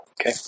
Okay